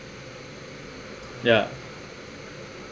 ya